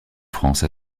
france